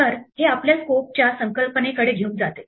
तर हे आपल्याला स्कोपच्या संकल्पनेकडे घेऊन जाते